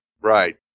Right